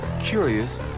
Curious